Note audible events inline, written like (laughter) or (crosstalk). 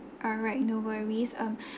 alright no worries um (breath)